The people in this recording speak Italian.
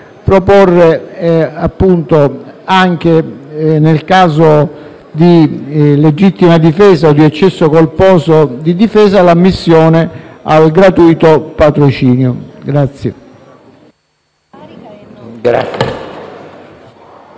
proporre, anche nel caso di legittima difesa o di eccesso colposo di difesa, l'ammissione al gratuito patrocinio. **Saluto